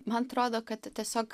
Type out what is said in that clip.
man atrodo kad tiesiog